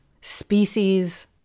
species